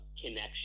connection